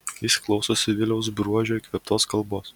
jis klausosi viliaus bruožio įkvėptos kalbos